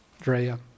Drea